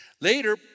Later